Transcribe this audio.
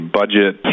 budget